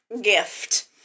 gift